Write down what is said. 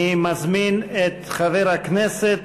אני מזמין את חבר הכנסת